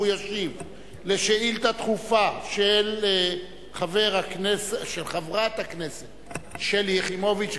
והוא ישיב על שאילתא דחופה של חברת הכנסת שלי יחימוביץ.